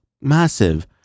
massive